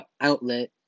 outlet